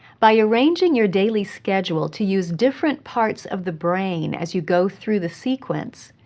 by arranging your daily schedule to use different parts of the brain as you go through the sequence,